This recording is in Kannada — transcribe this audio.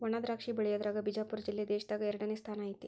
ವಣಾದ್ರಾಕ್ಷಿ ಬೆಳಿಯುದ್ರಾಗ ಬಿಜಾಪುರ ಜಿಲ್ಲೆ ದೇಶದಾಗ ಎರಡನೇ ಸ್ಥಾನ ಐತಿ